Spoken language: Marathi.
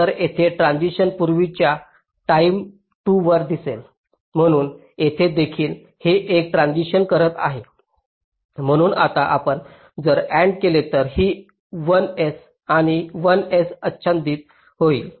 तर येथे हे ट्रान्सिशन्स पूर्वीच्या टाईम 2 वर दिसेल म्हणून येथे देखील ते एक ट्रान्सिशन्स करत आहे म्हणून आता आपण जर AND केले तर ही 1s आणि 1s आच्छादित होतील